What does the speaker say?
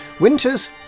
Winters